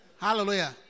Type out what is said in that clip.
Hallelujah